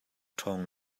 ṭhawng